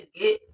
get